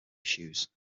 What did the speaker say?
issues